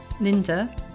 linda